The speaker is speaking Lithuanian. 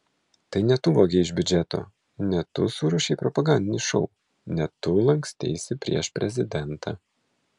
tai ne tu vogei iš biudžeto ne tu suruošei propagandinį šou ne tu lanksteisi prieš prezidentą